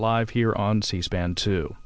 live here on c span to